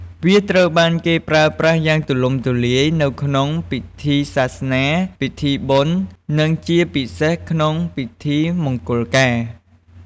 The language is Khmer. វាត្រូវបានគេប្រើប្រាស់យ៉ាងទូលំទូលាយនៅក្នុងពិធីសាសនា ពិធីបុណ្យ និងជាពិសេសក្នុងពិធីមង្គលការ។